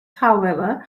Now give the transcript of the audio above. however